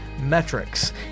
metrics